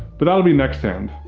but, that would be next hand.